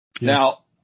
Now